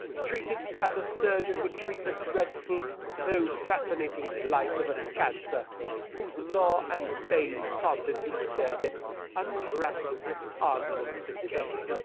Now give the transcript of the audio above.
treat it as a surgeon would treat the dreadful though fascinating blight of a cancer whose gnaw and bane taunted him with their yet ungrasped ar guments of decay.